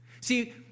See